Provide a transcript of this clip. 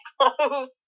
close